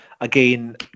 Again